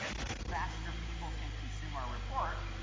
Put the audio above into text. the faster people can consume our report.